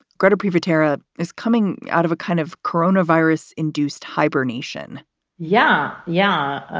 grippy, vitara is coming out of a kind of corona virus induced hibernation yeah, yeah.